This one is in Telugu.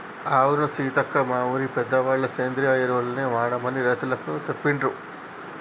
అవును సీతక్క మా ఊరిలో పెద్దవాళ్ళ సేంద్రియ ఎరువులనే వాడమని రైతులందికీ సెప్పిండ్రు